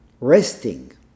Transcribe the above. resting